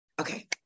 Okay